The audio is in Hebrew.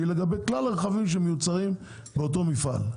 לגבי כלל הרכבים שמיוצרים באותו מפעל.